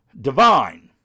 divine